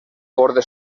borde